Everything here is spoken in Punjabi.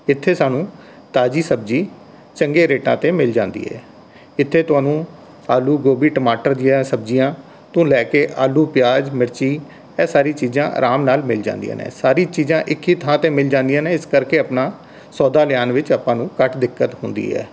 ਇੱਥੇ ਸਾਨੂੰ ਤਾਜ਼ੀ ਸਬਜੀ ਚੰਗੇ ਰੇਟਾਂ 'ਤੇ ਮਿਲ ਜਾਂਦੀ ਹੈ ਇੱਥੇ ਤੁਹਾਨੂੰ ਆਲੂ ਗੋਭੀ ਟਮਾਟਰ ਜਿਹੀਆਂ ਸਬਜ਼ੀਆਂ ਤੋਂ ਲੈ ਕੇ ਆਲੂ ਪਿਆਜ਼ ਮਿਰਚੀ ਇਹ ਸਾਰੀ ਚੀਜ਼ਾਂ ਆਰਾਮ ਨਾਲ ਮਿਲ ਜਾਂਦੀਆਂ ਨੇ ਸਾਰੀ ਚੀਜ਼ਾਂ ਇੱਕ ਹੀ ਥਾਂ 'ਤੇ ਮਿਲ ਜਾਂਦੀਆਂ ਨੇ ਇਸ ਕਰਕੇ ਆਪਣਾ ਸੌਦਾ ਲਿਆਉਣ ਵਿੱਚ ਅੱਪਾਂ ਨੂੰ ਘੱਟ ਦਿੱਕਤ ਹੁੰਦੀ ਹੈ